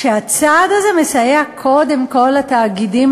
שהצעד הזה מסייע קודם כול לתאגידים,